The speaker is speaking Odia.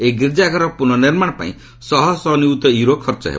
ଏହି ଗୀର୍କାଘରର ପୁନଃ ନିର୍ମାଣ ପାଇଁ ଶହ ଶହ ନିୟୁତ ୟୁରୋ ଖର୍ଚ୍ଚ ହେବ